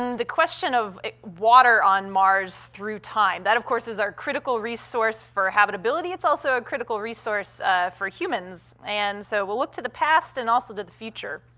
um the question of water on mars through time. that, of course, is our critical resource for habitability. it's also a critical resource for humans, and so we'll look to the past and also to the future.